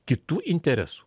kitų interesų